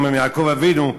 גם יעקב אבינו,